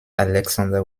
alexander